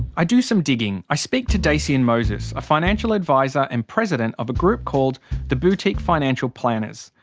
i do some digging. i speak to dacian moses, a financial adviser and president of a group called the boutique financial planners,